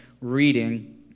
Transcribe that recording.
reading